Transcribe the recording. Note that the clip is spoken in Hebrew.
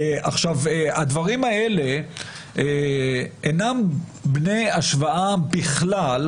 הדברים האלה אינם בני השוואה בכלל,